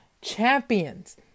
champions